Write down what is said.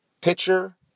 pitcher